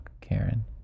Karen